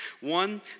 One